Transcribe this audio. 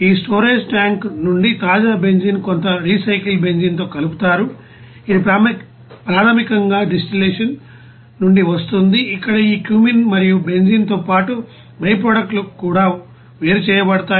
ఈ storage tank నుండి తాజా బెంజీన్ కొంత రీసైకిల్ బెంజీన్తో కలుపుతారు ఇది ప్రాథమికంగా డిస్టిల్లషన్ నుండి వస్తుంది ఇక్కడ ఈ క్యూమీన్ మరియు బెంజీన్తో పాటు బైప్రొడక్ట్స్ లు కూడా వేరు చేయబడతాయి